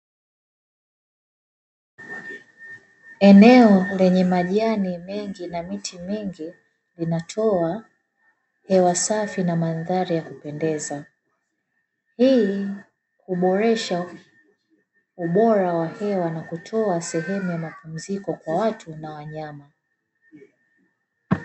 Eneo lenye majani mengi na miti inatoa hewa safi na mandhari ya kupendeza ili kuboresha ubora wa hewa na kutoa sehemu ya mapumziko kwa watu na wanyama.